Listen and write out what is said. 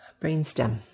brainstem